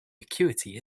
acuity